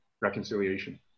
Reconciliation